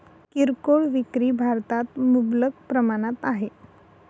किरकोळ विक्री भारतात मुबलक प्रमाणात आहे